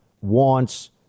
wants